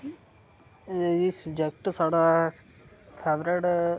जी subject साढ़ा favourite